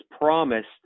promised